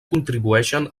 contribueixen